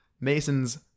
Mason's